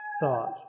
thought